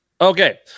Okay